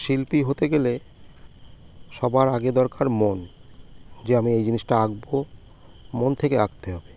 শিল্পী হতে গেলে সবার আগে দরকার মন যে আমি এই জিনিসটা আঁকবো মন থেকে আঁকতে হবে